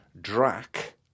drac